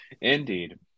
indeed